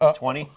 ah twenty?